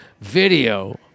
video